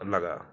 लगा